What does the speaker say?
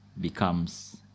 becomes